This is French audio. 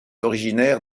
originaire